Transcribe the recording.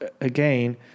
again